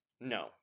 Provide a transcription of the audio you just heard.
No